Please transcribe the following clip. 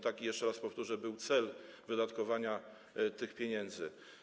Taki, jeszcze raz powtórzę, był cel wydatkowania tych pieniędzy.